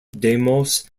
demos